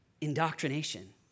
indoctrination